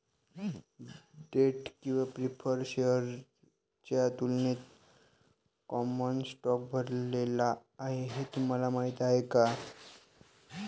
Date किंवा preferred शेअर्सच्या तुलनेत कॉमन स्टॉक भरलेला आहे हे तुम्हाला माहीत आहे का?